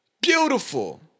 beautiful